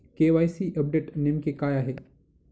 KYC update नेमके काय आहे?